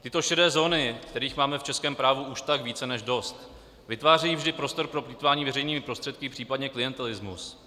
Tyto šedé zóny, kterých máme v českém právu už tak více než dost, vytvářejí vždy prostor pro plýtvání veřejnými prostředky, případně klientelismus.